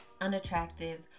unattractive